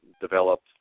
developed